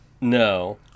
No